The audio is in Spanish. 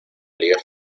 liga